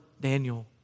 Daniel